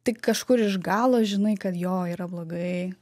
tik kažkur iš galo žinai kad jo yra blogai